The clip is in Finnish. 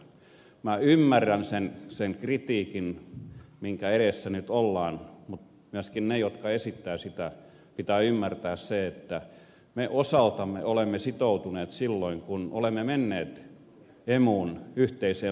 minä ymmärrän sen kritiikin minkä edessä nyt ollaan mutta myöskin niiden jotka esittävät sitä pitää ymmärtää se että me olemme osaltamme sitoutuneet silloin kun olemme menneet emuun yhteiseen valuuttaan